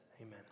Amen